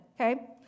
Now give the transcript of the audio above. okay